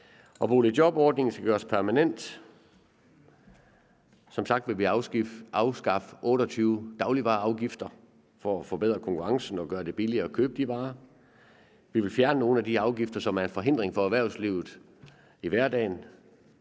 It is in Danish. Og boligjobordningen skal gøres permanent. Som sagt vil vi afskaffe 28 dagligvareafgifter for at forbedre konkurrencen og gøre det billigere at købe de varer. Vi vil fjerne nogle af de afgifter, som er en forhindring for erhvervslivet i hverdagen